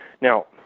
Now